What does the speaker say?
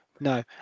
No